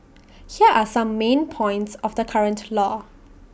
here are some main points of the current law